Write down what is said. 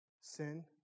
sin